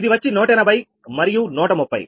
ఇది వచ్చి 180 మరియు 130